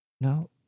no